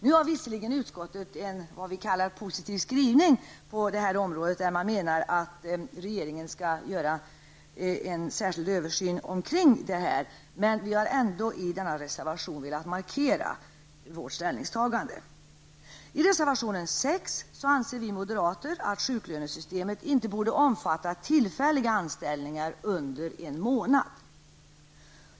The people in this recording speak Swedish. Nu har utskottet emellertid en vad vi kallar positiv skrivning på detta område, där man menar att regeringen skall göra en särskild översyn av detta. Men vi har i denna reservation ändå velat markera vårt ställningstagande. I reservation 6 säger vi moderater att sjuklönesystemet inte borde omfatta tillfälliga anställningar under en månad.